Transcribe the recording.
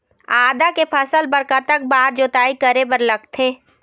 आदा के फसल बर कतक बार जोताई करे बर लगथे?